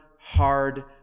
hard